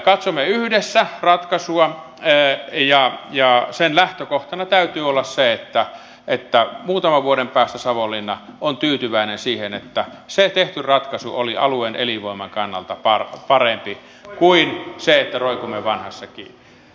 katsomme yhdessä ratkaisua ja sen lähtökohtana täytyy olla se että muutaman vuoden päästä savonlinna on tyytyväinen siihen että se tehty ratkaisu oli alueen elinvoiman kannalta parempi kuin se että roikumme vanhassa kiinni